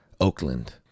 Oakland